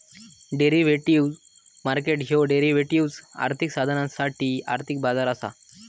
derivative market ह्यो derivatives, आर्थिक साधनांसाठी आर्थिक बाजार असा